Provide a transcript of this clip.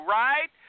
right